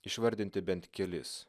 išvardinti bent kelis